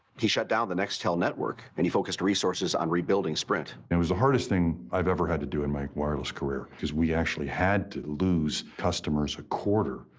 he shut down the nextel network and he focused resources on rebuilding sprint. and it was the hardest thing that i've ever had to do in my wireless career, because we actually had to lose customers a quarter,